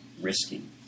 risky